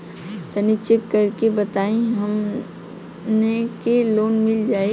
तनि चेक कर के बताई हम के लोन मिल जाई?